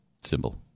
symbol